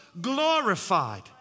glorified